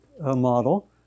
model